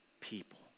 people